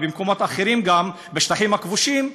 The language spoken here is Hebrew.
ובמקומות אחרים גם בשטחים הכבושים,